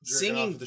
singing